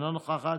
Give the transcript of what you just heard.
אינה נוכחת,